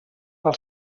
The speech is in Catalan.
pel